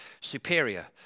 superior